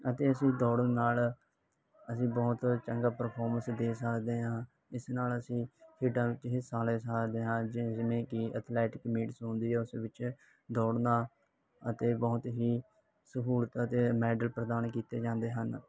ਅਤੇ ਅਸੀਂ ਦੌੜਨ ਨਾਲ ਅਸੀਂ ਬਹੁਤ ਚੰਗਾ ਪਰਫੋਰਮੰਸ ਦੇ ਸਕਦੇ ਹਾਂ ਇਸ ਨਾਲ ਅਸੀਂ ਖੇਡਾਂ ਵਿੱਚ ਹਿੱਸਾ ਲੇ ਸਕਦੇ ਹਾ ਜਿਵੇਂ ਕਿ ਅਥਲੈਟਿਕ ਮੀਟਸ ਹੁੰਦੀ ਹੈ ਉਸ ਵਿੱਚ ਦੌੜਨਾ ਅਤੇ ਬਹੁਤ ਹੀ ਸਹੂਲਤ ਅਤੇ ਮੈਡਲ ਪ੍ਰਦਾਨ ਕੀਤੇ ਜਾਂਦੇ ਹਨ